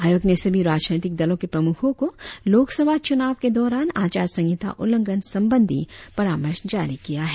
आयोग ने सभी राजनीतिक दलो के प्रमुखो को लोकसभा चुनाव के दौरान आचार संहिता उल्लंघन संबंधी परामर्श जारी किया है